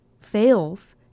fails